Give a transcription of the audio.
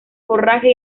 forraje